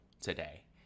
today